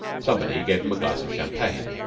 somebody gave him a glass of champagne.